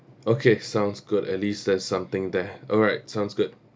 okay sounds good at least there's something there alright sounds good